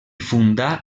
fundà